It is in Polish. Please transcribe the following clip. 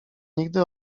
nigdy